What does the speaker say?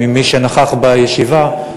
מי שנכח בישיבה,